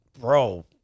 bro